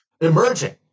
emerging